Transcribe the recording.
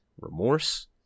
remorse